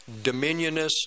dominionist